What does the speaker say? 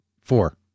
Four